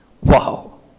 Wow